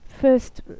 first